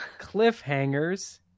Cliffhangers